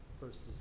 versus